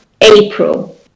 April